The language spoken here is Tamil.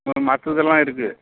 ம் மற்றதெல்லாம் இருக்குது